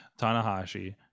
tanahashi